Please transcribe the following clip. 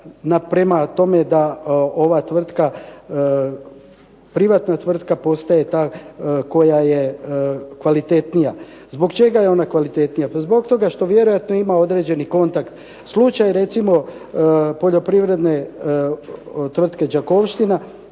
prema tome da ova tvrtka, privatna tvrtka postaje ta koja je kvalitetnija. Zbog čega je ona kvalitetnija? Pa zbog toga što vjerojatno ima određeni kontakt. Slučaj je recimo poljoprivredne tvrtke "Đakovština".